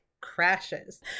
crashes